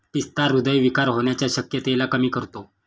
पिस्ता हृदय विकार होण्याच्या शक्यतेला कमी करतो